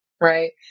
right